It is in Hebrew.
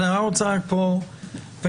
אני רוצה לדייק כמה דברים,